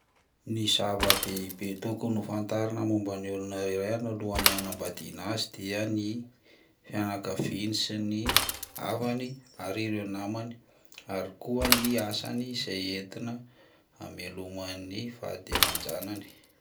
Ny zavan-dehibe tokony ho fantarina momba ny olona iray alohany hanambadiana azy dia ny fianakaviny sy ny havany ary ireo namany ary koa ny asany izay entina hameloma an'ny vady aman-janany.